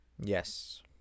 Yes